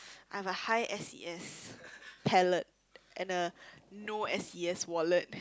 I have a high S_E_S palette and a no S_E_S wallet